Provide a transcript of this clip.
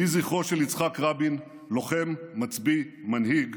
יהי זכרו של יצחק רבין, לוחם, מצביא, מנהיג,